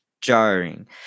jarring